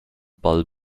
ball